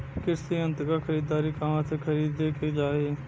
कृषि यंत्र क खरीदारी कहवा से खरीदे के चाही?